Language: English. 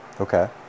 Okay